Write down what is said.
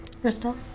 Crystal